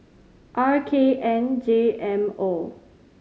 R K N J M O